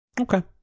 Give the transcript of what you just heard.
Okay